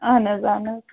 اَہَن حظ اَہَن حظ